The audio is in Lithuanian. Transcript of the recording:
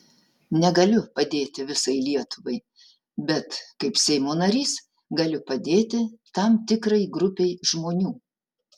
negaliu padėti visai lietuvai bet kaip seimo narys galiu padėti tam tikrai grupei žmonių